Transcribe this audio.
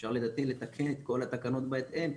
אפשר לדעתי לתקן את כל התקנות בהתאם,